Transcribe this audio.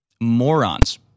morons